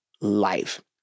life